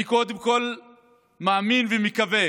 אני קודם כול מאמין ומקווה